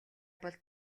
бол